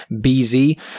bz